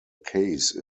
case